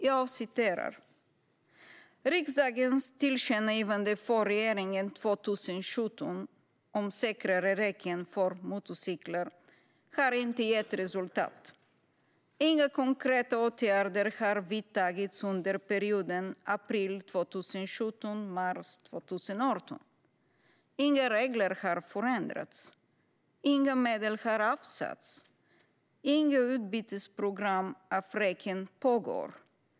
Jag citerar: "Riksdagens tillkännagivande för regeringen 2017, om säkrare räcken för MC, har inte gett resultat. Inga konkreta åtgärder har vidtagits under perioden april 2017-mars 2018. Inga regler har förändrats. Inga medel har avsatts. Inga utbytesprogram av räcken pågår.